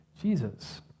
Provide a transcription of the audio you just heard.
Jesus